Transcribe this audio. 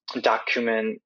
document